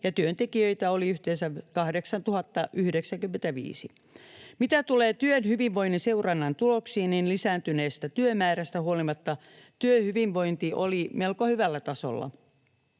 työntekijöitä oli yhteensä 8 095. Mitä tulee työhyvinvoinnin seurannan tuloksiin, niin lisääntyneestä työmäärästä huolimatta työhyvinvointi oli melko hyvällä tasolla.